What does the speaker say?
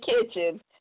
kitchen